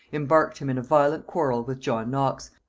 embarked him in a violent quarrel with john knox,